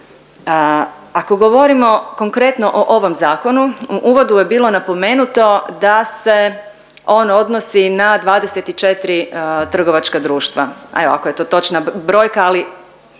Ako govorimo konkretno o ovom zakonu u uvodu je bilo napomenuto da se on odnosi na 24 trgovačka društva evo ako je to točna brojka, ali